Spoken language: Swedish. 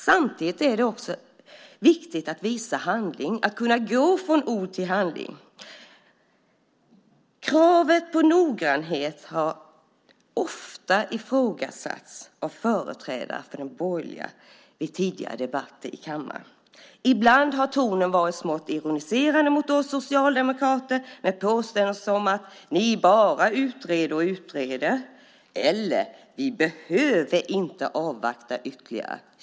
Samtidigt är det viktigt att visa handling, att kunna gå från ord till handling. Kravet på noggrannhet har ofta ifrågasatts av företrädare för de borgerliga vid tidigare debatter i kammaren. Ibland har tonen varit smått ironiserande mot oss socialdemokrater med påståenden som "ni bara utreder och utreder" eller "vi behöver inte avvakta ytterligare".